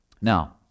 Now